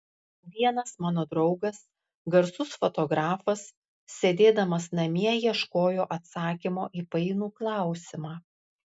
vienas mano draugas garsus fotografas sėdėdamas namie ieškojo atsakymo į painų klausimą